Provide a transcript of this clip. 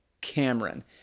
Cameron